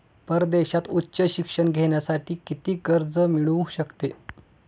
परदेशात उच्च शिक्षण घेण्यासाठी किती कर्ज मिळू शकते?